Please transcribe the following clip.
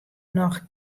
noch